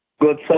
Good